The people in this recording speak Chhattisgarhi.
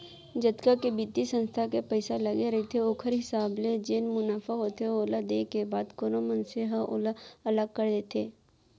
जतका के बित्तीय संस्था के पइसा लगे रहिथे ओखर हिसाब ले जेन मुनाफा होथे ओला देय के बाद कोनो मनसे ह ओला अलग कर देथे